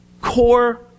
core